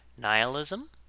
nihilism